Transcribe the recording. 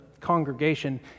congregation